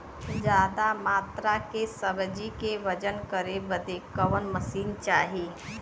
ज्यादा मात्रा के सब्जी के वजन करे बदे कवन मशीन चाही?